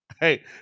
Hey